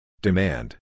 Demand